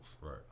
Right